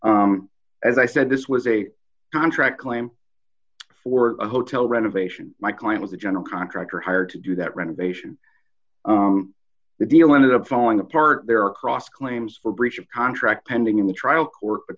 today as i said this was a contract claim for a hotel renovation my client was the general contractor hired to do that renovation the deal ended up falling apart there are cross claims for breach of contract pending in the trial court but